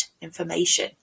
information